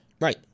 right